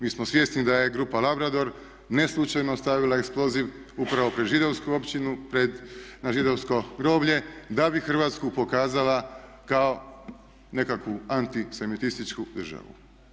Mi smo svjesni da je grupa Labrador ne slučajno stavila eksploziv upravo pred židovsku općinu pred, na židovsko groblje da bi Hrvatsku pokazala kao nekakvu antisemitističku državu.